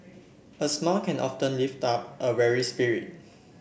a smile can often lift up a weary spirit